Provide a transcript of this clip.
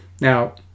Now